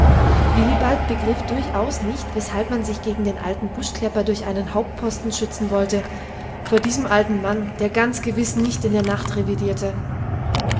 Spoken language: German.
willibald begriff durchaus nicht weshalb man sich gegen den alten buschklepper durch einen hauptposten schützen wollte vor diesem alten mann der ganz gewiß nicht in der nacht revidierte